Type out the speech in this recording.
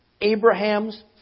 Abraham's